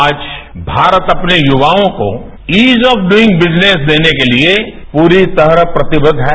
आज भारत अपने युवाओं को इज ऑफ डूईग बिजिनस देने के लिए पूरी तरह प्रतिबद्ध है